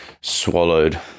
swallowed